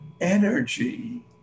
energy